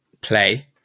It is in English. play